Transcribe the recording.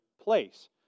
place